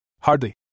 Hardly